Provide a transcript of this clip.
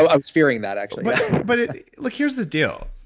i was hearing that actually but like here's the deal.